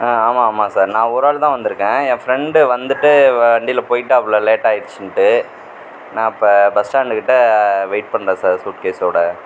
ஆமாம் ஆமாம் சார் நான் ஒரு ஆள் தான் வந்துருக்கேன் என் ஃப்ரெண்டு வந்துட்டு வண்டியில் போயிட்டாப்ல லேட்டாகிருச்சுன்ட்டு நான் இப்போ பஸ் ஸ்டாண்டுக்கிட்ட வெயிட் பண்றேன் சார் சூட்கேஸோடு